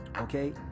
okay